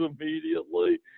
immediately